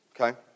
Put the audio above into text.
okay